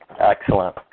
Excellent